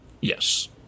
Yes